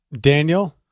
Daniel